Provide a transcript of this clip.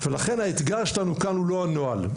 ולכן האתגר שלנו כאן הוא לא הנוהל.